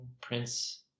prince